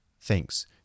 Thanks